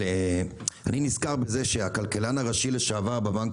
אני נזכר בזה שהכלכלן הראשי לשעבר בבנק